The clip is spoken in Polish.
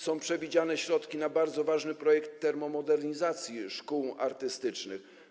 Są przewidziane środki na bardzo ważny projekt termomodernizacji szkół artystycznych.